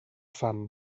fam